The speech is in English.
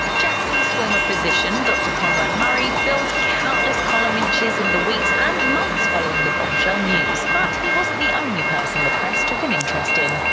jackson's former physician dr. conrad murray filled countless column inches in the weeks and months following the bombshell news, but he wasn't the only person the press took an interest in.